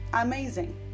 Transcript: Amazing